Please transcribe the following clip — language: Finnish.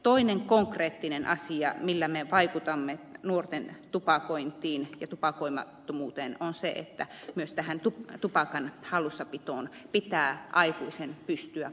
toinen konkreettinen asia millä me vaikutamme nuorten tupakointiin ja tupakoimattomuuteen on se että myös tähän tupakan hallussapitoon pitää aikuisen pystyä puuttumaan